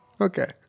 Okay